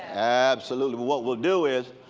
absolutely. what we'll do is,